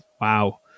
Wow